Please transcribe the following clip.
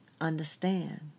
understand